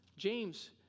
James